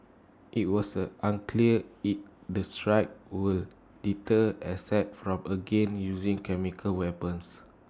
IT was unclear if the strikes will deter Assad from again using chemical weapons